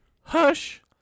Hush